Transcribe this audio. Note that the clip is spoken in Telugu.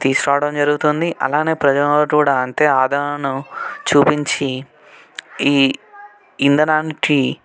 తీసుకురావడం జరుగుతుంది అలానే ప్రజలను కూడా ఆధారాలను చూపించి ఈ ఇంధనానికి